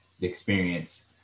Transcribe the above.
experience